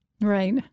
Right